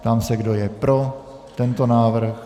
Ptám se, kdo je pro tento návrh.